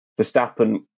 verstappen